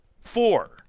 Four